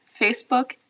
Facebook